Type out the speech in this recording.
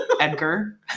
Edgar